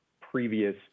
previous